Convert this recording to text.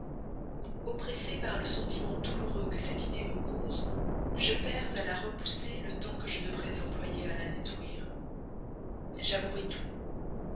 oppressé par le sentiment douloureux que cette idée me cause je perds à la repousser le temps que je devrais employer à la détruire j'avouerai tout